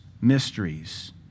mysteries